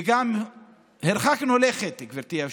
וגם הרחקנו לכת, גברתי היושבת-ראש,